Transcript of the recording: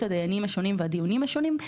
הדיינים השונים והדיונים השונים.